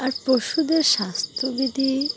আর পশুদের স্বাস্থ্যবিধি